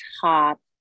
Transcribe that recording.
top